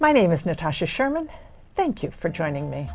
my name is natasha sherman thank you for joining me